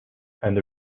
and